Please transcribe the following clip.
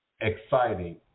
exciting